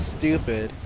stupid